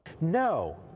No